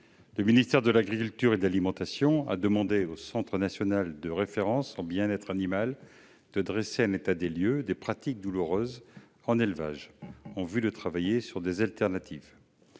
Le ministère de l'agriculture et de l'alimentation a demandé au Centre national de référence pour le bien-être animal de dresser un état des lieux des pratiques douloureuses en élevage, en vue de travailler sur des solutions